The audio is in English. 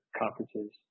conferences